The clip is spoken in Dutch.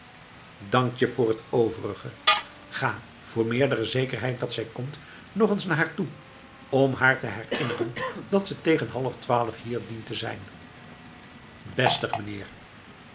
dank je voor t overige ga voor meerdere zekerheid dat zij komt nog eens naar haar toe om haar te herinneren dat ze tegen halftwaalf hier dient te zijn bestig meneer